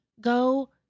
go